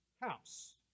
house